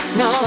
no